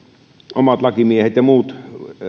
omat lakimiehet ja muut